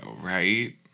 right